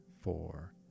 four